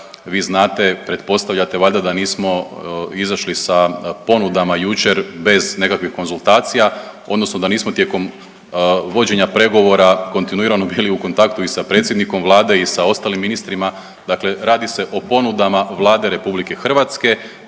Vi znate, pretpostavljate valjda da nismo izašli sa ponudama jučer bez nekakvih konzultacija, odnosno da nismo tijekom vođenja pregovora kontinuirano bili u kontaktu i sa predsjednikom Vlade i sa ostalim ministrima. Dakle, radi se o ponudama Vlade Republike Hrvatske